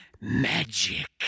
magic